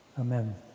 Amen